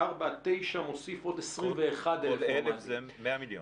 וארבעה עד תשעה קילומטר מוסיף עוד 21,000 ממ"דים.